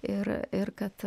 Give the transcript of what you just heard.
ir ir kad